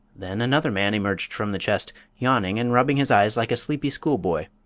then another man emerged from the chest, yawning and rubbing his eyes like a sleepy schoolboy.